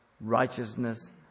righteousness